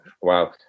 Wow